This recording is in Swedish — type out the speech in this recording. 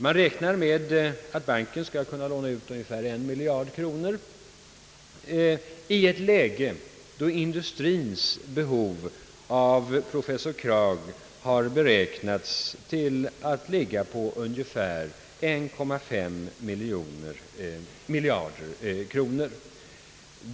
Man räknar med att banken skall kunna låna ut ungefär en miljard kronor i ett läge då industrins behov av nya krediter enligt professor Kraghs beräkningar uppgår till ungefär en och en halv miljard kronor.